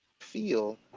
feel